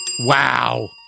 Wow